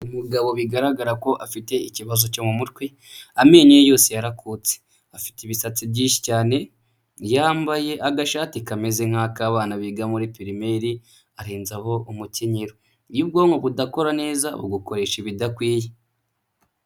Umugabo bigaragara ko afite ikibazo cyo mu mutwe amenyo ye yose yarakutse, afite ibitatsi byinshi cyane yambaye agashati kameze nk'ak'abana biga muri pirimeri arenzaho umukenyero, iyo ubwonko budakora neza bugakoresha ibidakwiye.